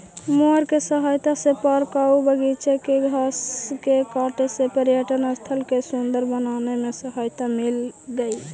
mower के सहायता से पार्क आऊ बागिचा के घास के काट के पर्यटन स्थल के सुन्दर बनावे में सहायता मिलऽ हई